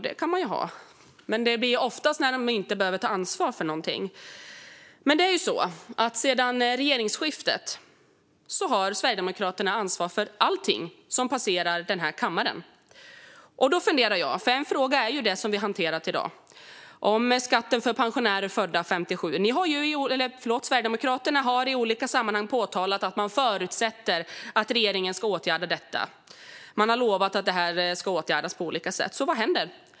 Det kan man ha, men de har det oftast när de inte behöver ta ansvar för något. Efter regeringsskiftet har Sverigedemokraterna ansvar för allt som passerar denna kammare. Jag funderar över något. En fråga som vi har hanterat i dag är skatten för pensionärer födda 1957. Sverigedemokraterna har i olika sammanhang påpekat att man förutsätter att regeringen ska åtgärda detta, och man har lovat olika åtgärder. Vad händer?